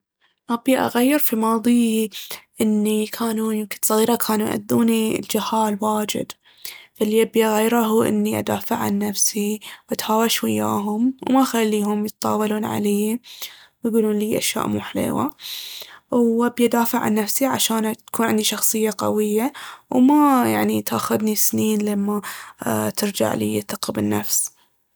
أبي أغير في ماضيي إني كان- يوم كنت صغيرة كانوا يأذوني الجهال واجد. فاللي أبي أغيره إني أدافع عن نفسي وأتهاوش وياهم وما أخليهم يتطاولون عليي ويقولون ليي أشياء مو حليوة. وأبي أدافع عن نفسي عشان تكون عندي شخصية قوية. وما يعني تاخذني سنين لين ما ترجع ليي الثقة بالنفس.